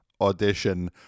audition